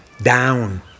down